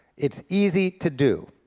it's easy to do.